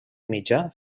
mitjà